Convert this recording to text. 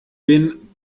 bin